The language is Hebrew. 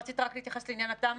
רון, רצית להתייחס לעניין התמ"א.